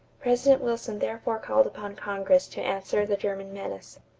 president wilson therefore called upon congress to answer the german menace.